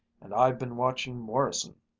and i've been watching morrison.